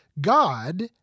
God